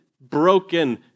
broken